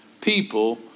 people